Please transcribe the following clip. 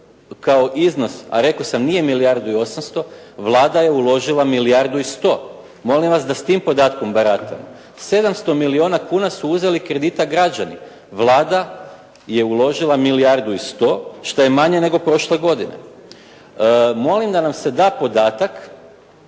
sam iznos, a nije milijardu i 800, Vlada uložila milijardu i 100. molim vas da s tim podatkom baratamo. 700 milijuna kuna su uzeli kredita građani. Vlada je uložila milijardu i 100, što je manje od prošle godine. Molim da nam se da podatak,